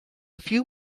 few